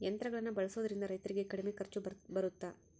ಯಂತ್ರಗಳನ್ನ ಬಳಸೊದ್ರಿಂದ ರೈತರಿಗೆ ಕಡಿಮೆ ಖರ್ಚು ಬರುತ್ತಾ?